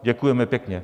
Děkujeme pěkně.